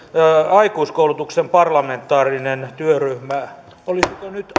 aikuiskoulutuksen parlamentaarinen työryhmä olisiko nyt